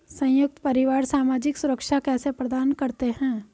संयुक्त परिवार सामाजिक सुरक्षा कैसे प्रदान करते हैं?